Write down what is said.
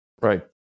Right